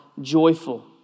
joyful